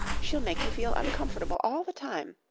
she'll make you feel uncomfortable all the time.